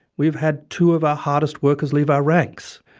we have had two of our hardest workers leave our ranks.